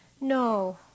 No